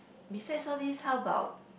besides all these how about